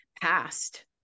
past